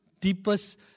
deepest